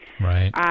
Right